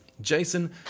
Jason